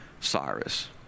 Cyrus